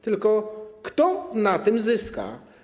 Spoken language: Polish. Tylko kto na tym zyska?